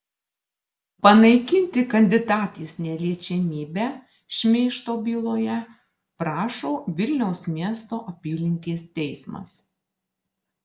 panaikinti kandidatės neliečiamybę šmeižto byloje prašo vilniaus miesto apylinkės teismas